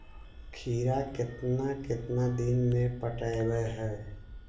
खिरा केतना केतना दिन में पटैबए है?